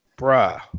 Bruh